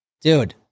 Dude